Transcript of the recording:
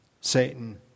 Satan